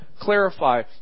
clarify